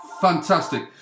fantastic